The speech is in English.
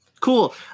cool